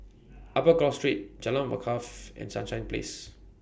Upper Cross Street Jalan Wakaff and Sunshine Place